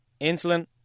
insulin